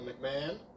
McMahon